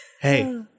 Hey